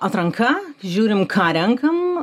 atranka žiūrim ką renkam